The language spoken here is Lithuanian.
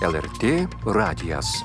lrt radijas